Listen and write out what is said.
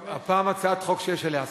טוב, הפעם הצעת חוק שיש עליה הסכמה.